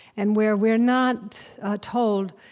and where we're not told,